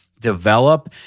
develop